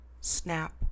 snap